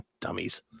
Dummies